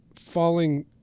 falling